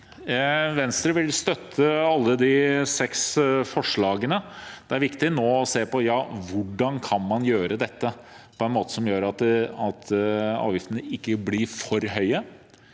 Venstre vil støtte alle de seks forslagene. Det er viktig nå å se på hvordan man kan gjøre dette på en måte som gjør at avgiftene ikke blir for høye.